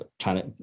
China